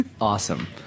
Awesome